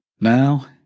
Now